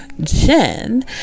Jen